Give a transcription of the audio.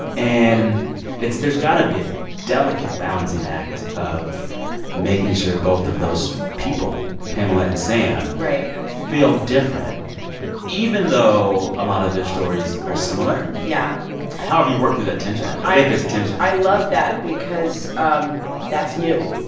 and it's there's got to be a delicate balancing act of making sure both of those people, pamela and sam. right. feel different even though a lot of their stories are similar yeah how have you worked through that tension, if it's a tension? i love that because um that's new i